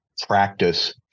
practice